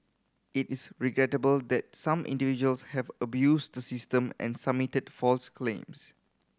it is regrettable that some individuals have abused the system and submitted false claims